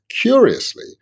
Curiously